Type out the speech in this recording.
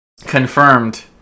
confirmed